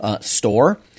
store